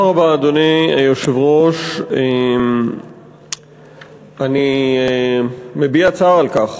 אדוני היושב-ראש, תודה רבה, אני מביע צער על כך